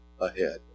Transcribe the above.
ahead